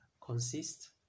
consists